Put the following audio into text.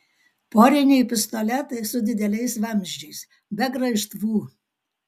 poriniai pistoletai su dideliais vamzdžiais be graižtvų